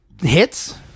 hits